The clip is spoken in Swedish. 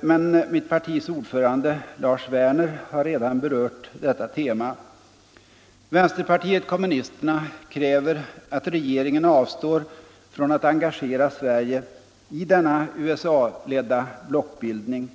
men mitt partis ordförande, Lars Werner, har redan berört detta tema. Vänsterpartiet kommunisterna kräver att regeringen avstår från att engagera Sverige i denna USA-ledda blockbildning.